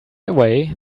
away